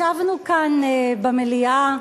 ישבנו כאן, במליאה,